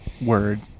Word